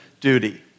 duty